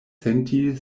senti